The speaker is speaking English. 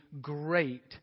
great